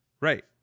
Right